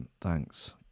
Thanks